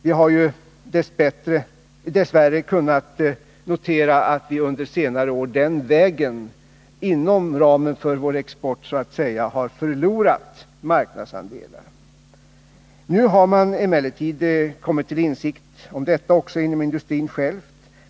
Vi har dess värre kunnat notera att vi den vägen, så att säga inom ramen för vår export, under senare år har förlorat marknadsandelar. Nu har man emellertid kommit till insikt om detta även inom industrin själv.